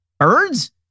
Birds